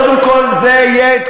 קודם כול זה יהיה,